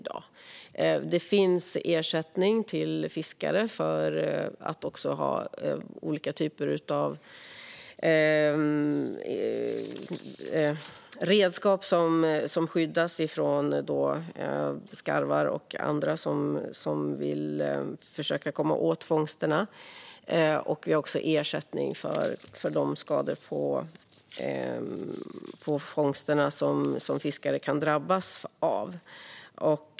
Det finns ersättning till fiskare som behöver redskap som skyddas från skarv och andra som vill komma åt fångsterna. Det finns också ersättning för de skador på fångsterna som fiskare kan drabbas av.